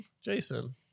Jason